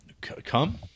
Come